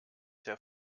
der